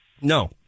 No